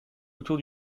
autour